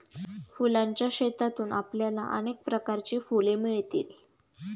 फुलांच्या शेतातून आपल्याला अनेक प्रकारची फुले मिळतील